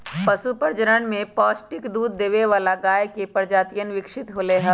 पशु प्रजनन से ज्यादा पौष्टिक दूध देवे वाला गाय के प्रजातियन विकसित होलय है